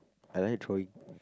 I like drawing